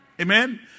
Amen